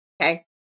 Okay